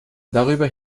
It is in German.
darüber